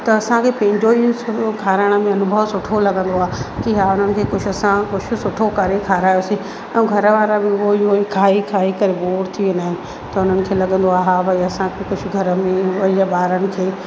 त असांखे पंहिंजो ई उहो खाराएण में अनुभव सुठो लॻंदो आहे की हा उन्हनि खे कुझु असां कुझु सुठो करे खारायोसीं ऐं घरु वारा बि उहो ई उहो ई खाई खाई करे बोर थी वेंदा आहियूं त उन्हनि खे लॻंदो आहे हा भई असांखे कुझु घर में या ॿारन खे